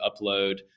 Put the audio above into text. upload